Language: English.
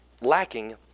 lacking